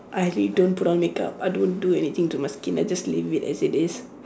I really don't put on makeup I don't do anything to my skin I just leave it as it is